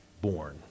born